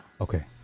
Okay